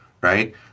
right